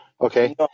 okay